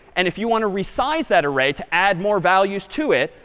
and if you want to resize that array to add more values to it,